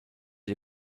der